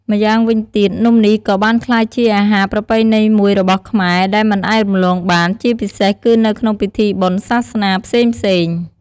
ម្យ៉ាងវិញទៀត នំនេះក៏បានក្លាយជាអាហារប្រពៃណីមួយរបស់ខ្មែរ ដែលមិនអាចរំលងបាន ជាពិសេសគឺនៅក្នុងពិធីបុណ្យសាសនាផ្សេងៗ។